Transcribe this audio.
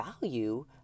value